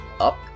up